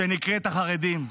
שנקראת החרדים.